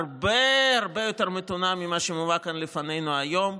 הרבה הרבה יותר מתונה ממה שמובא כאן לפנינו היום,